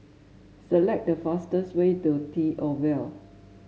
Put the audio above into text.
select the fastest way to T Oval